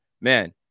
man